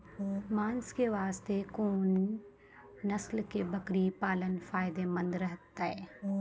मांस के वास्ते कोंन नस्ल के बकरी पालना फायदे मंद रहतै?